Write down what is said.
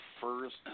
first